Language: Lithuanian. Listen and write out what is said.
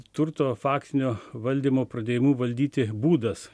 turto faktinio valdymo pradėjimu valdyti būdas